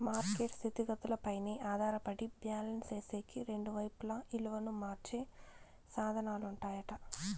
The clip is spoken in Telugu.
మార్కెట్ స్థితిగతులపైనే ఆధారపడి బ్యాలెన్స్ సేసేకి రెండు వైపులా ఇలువను మార్చే సాధనాలుంటాయట